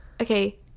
okay